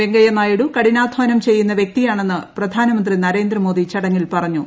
വെങ്കയ്യനായിഡു കഠിനാധാനം ഉച്ചിയ്യുന്ന വൃക്തിയാണെന്ന് പ്രധാനമന്ത്രി നരേന്ദ്രമോദി പറഞ്ഞു